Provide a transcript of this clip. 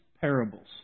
parables